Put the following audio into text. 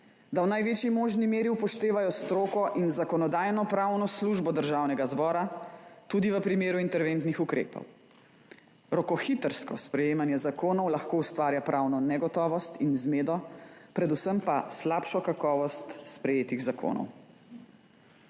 da v največji možni meri upoštevajo stroko in Zakonodajno-pravno službo Državnega zbora, tudi v primeru interventnih ukrepov. Rokohitrsko sprejemanje zakonov lahko ustvarja pravno negotovost in zmedo, predvsem pa slabšo kakovost sprejetih zakonov.